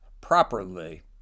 properly